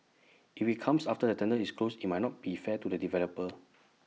if IT comes after the tender is closed IT might not be fair to the developer